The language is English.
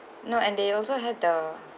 no and they also had the